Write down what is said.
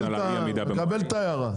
מקבל את ההערה.